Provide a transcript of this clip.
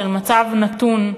של מצב נתון,